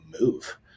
move